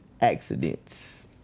accidents